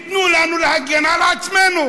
תנו לנו להגן על עצמנו.